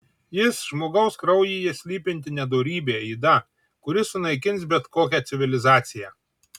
jis žmogaus kraujyje slypinti nedorybė yda kuri sunaikins bet kokią civilizaciją